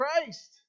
Christ